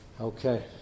Okay